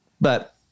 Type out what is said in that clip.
But-